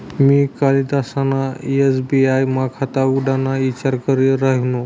मी कालदिसना एस.बी.आय मा खाता उघडाना ईचार करी रायनू